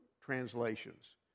translations